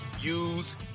use